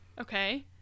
okay